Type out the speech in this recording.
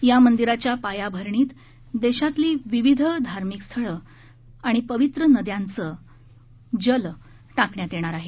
या मंदिराघ्या पायाभरणीत देशातील विविध धार्मिक स्थळं आणि पवित्र नद्यांचं जल टाकण्यात येणार आहे